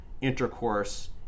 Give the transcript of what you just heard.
intercourse